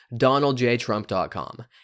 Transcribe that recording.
donaldjtrump.com